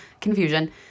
confusion